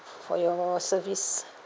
for your service